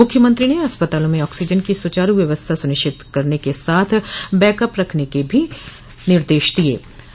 मुख्यमंत्री ने अस्पतालों में आक्सीजन की सुचारू व्यवस्था सुनिश्चित रखने के साथ बैकअप रखने के लिये भी कहा